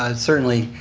and certainly,